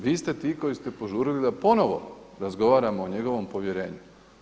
Vi ste ti koji ste požurili da ponovo razgovaramo o njegovom povjerenju.